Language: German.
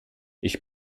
ich